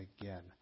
again